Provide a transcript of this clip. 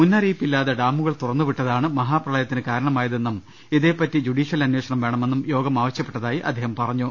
മുന്നറിയിപ്പിലാതെ ഡാമുകൾ തുറന്നുവിട്ടതാണ് മഹാപ്രളയത്തിന് കാര ണമായതെന്നും ഇതേപ്പറ്റി ജുഡീഷ്യൽ അന്വേഷണം വേണമെന്നും യോഗം ആവശൃപ്പെട്ടതായി അദ്ദേഹം പറഞ്ഞു